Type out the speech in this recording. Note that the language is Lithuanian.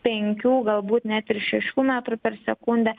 penkių galbūt net ir šešių metrų per sekundę